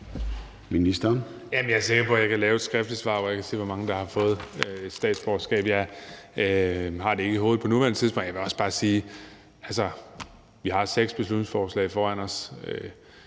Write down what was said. Jeg er sikker på, at jeg kan lave et skriftligt svar, hvor jeg kan sige, hvor mange der har fået statsborgerskab. Jeg har det ikke lige i hovedet på nuværende tidspunkt. Jeg vil også bare sige, at vi har seks beslutningsforslag foran os,